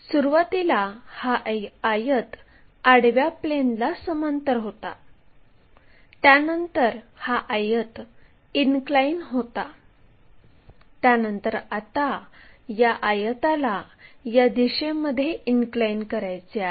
सुरुवातीला हा आयत आडव्या प्लेनला समांतर होता त्यानंतर हा आयत इनक्लाइन होता त्यानंतर आता या आयताला या दिशेमध्ये इनक्लाइन करायचे आहे